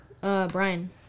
Brian